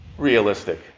Realistic